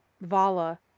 Vala